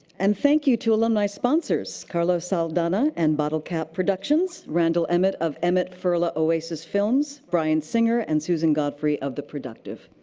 and thank you to alumni sponsors, carlos saldanha and bottlecap productions, randall emmett of emmet furla oasis films, bryan singer and susan godfrey of the productive.